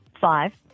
five